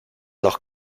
doch